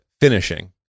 finishing